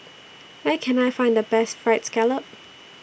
Where Can I Find The Best Fried Scallop